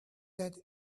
that